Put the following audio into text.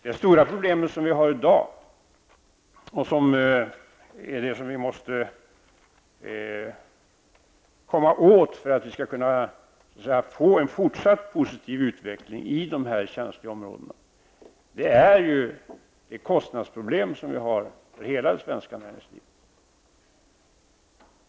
Det stora problem som vi har i dag, och som vi måste komma åt för att få en fortsatt positiv utveckling i dessa känsliga områden, är kostnadsproblemmet för hela det svenska näringslivet.